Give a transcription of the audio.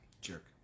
Jerk